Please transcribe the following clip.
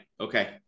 okay